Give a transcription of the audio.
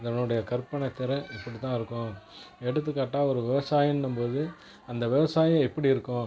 இதனுடைய கற்பனை திறன் இப்படி தான் இருக்கும் எடுத்துக்காட்டாக ஒரு விவசாயம்னுபோது அந்த விவசாயம் எப்படி இருக்கும்